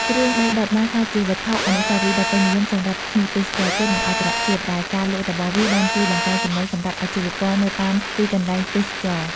គ្រឿងដីដុតបានក្លាយជាវត្ថុអនុស្សាវរីយ៍ដ៏ពេញនិយមសម្រាប់ភ្ញៀវទេសចរណ៍ជាតិ និងអន្តរជាតិ ដែលការលក់របស់វាបានជួយបង្កើនចំណូលសម្រាប់អាជីវករនៅតាមទីកន្លែងទេសចរណ៍។